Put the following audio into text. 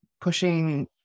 pushing